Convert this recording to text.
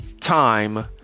Time